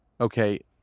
okay